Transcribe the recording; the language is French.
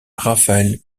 raphaël